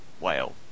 whale